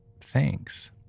thanks